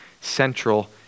central